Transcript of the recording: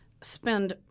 spend